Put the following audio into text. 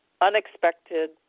unexpected